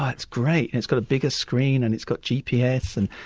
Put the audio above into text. ah it's great, and it's got a bigger screen and it's got gps and,